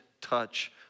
touch